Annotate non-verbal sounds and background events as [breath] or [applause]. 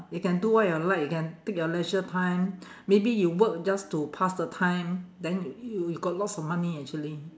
you can do what you like you can take your leisure time [breath] maybe you work just to pass the time then you you got lots of money actually